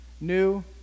New